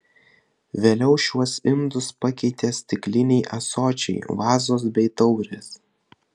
vėliau šiuos indus pakeitė stikliniai ąsočiai vazos bei taurės